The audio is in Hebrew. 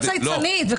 קשקשנית.